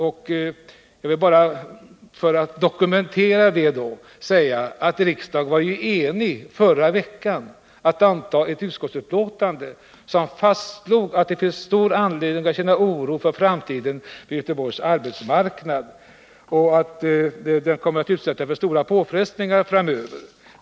Det bekräftas av att riksdagen förra veckan var enig om att anta ett utskottsbetänkande som fastslog att det finns stor anledning att känna oro Nr 165 för framtiden i fråga om Göteborgs arbetsmarknad och att den kommer att utsättas för stora påfrestningar framöver.